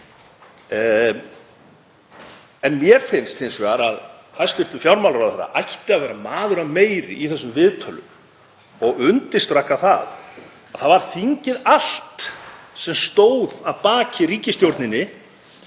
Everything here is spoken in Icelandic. En mér finnst hins vegar að hæstv. fjármálaráðherra ætti að vera maður að meiri í þessum viðtölum og undirstrika að það var þingið allt sem stóð að baki ríkisstjórninni